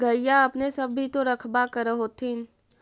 गईया अपने सब भी तो रखबा कर होत्थिन?